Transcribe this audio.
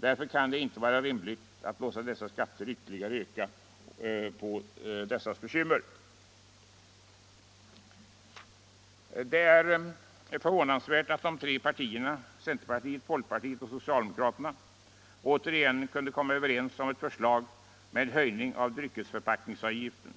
Därför kan det inte vara rimligt att låta de här skatterna ytterligare öka på dessas bekymmer. Det är förvånansvärt att de tre partierna centerpartiet, folkpartiet och socialdemokraterna återigen kunde komma överens om ett förslag till höjning av dryckesförpackningsavgiften.